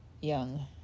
young